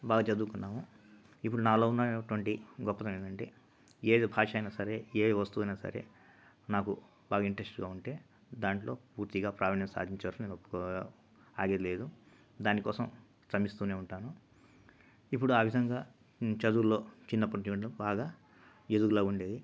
బాగా చదువుకున్నాము ఇపుడు నాలో ఉన్నటువంటి గొప్పతనం ఏంటంటే ఏది భాషయినా సరే ఏ వస్తువయినా సరే నాకు బాగా ఇంట్రస్ట్గా ఉంటే దాంట్లో పూర్తిగా ప్రావీణ్యం సాధించే వరకు నేను ఒప్పుకో ఆగేది లేదు దానికోసం శ్రమిస్తూనే ఉంటాను ఇప్పుడు ఆవిధంగా నేను చదువులో చిన్నప్పటినుంచి బాగా ఎదుగుదల ఉండేది